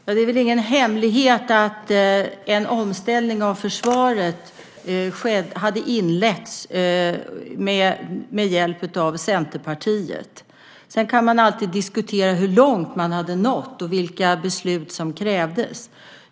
Herr talman! Det är väl ingen hemlighet att en omställning av försvaret hade inletts med hjälp av Centerpartiet. Sedan kan man alltid diskutera hur långt man hade nått och vilka beslut som krävdes.